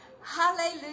Hallelujah